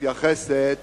מתייחסת